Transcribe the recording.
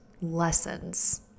lessons